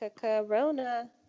Corona